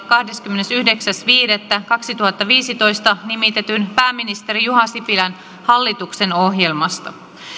kahdeskymmenesyhdeksäs viidettä kaksituhattaviisitoista nimitetyn pääministeri juha sipilän hallituksen ohjelmasta